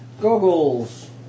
Goggles